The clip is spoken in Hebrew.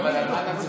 לא, אבל על מה נצביע?